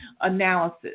analysis